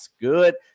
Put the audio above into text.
good